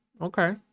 Okay